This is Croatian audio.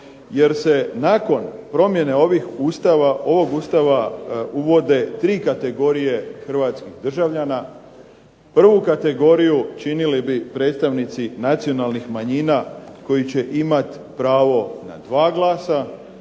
jer se nakon promjene ovog Ustava uvode tri kategorije Hrvatskih državljana. Prvu kategoriju činili bi predstavnici nacionalnih manjina koji će imati pravo na dva glasa.